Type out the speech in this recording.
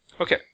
Okay